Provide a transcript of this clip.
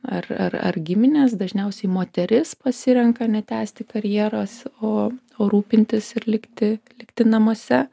ar ar ar giminės dažniausiai moteris pasirenka netęsti karjeros o rūpintis ir likti likti namuose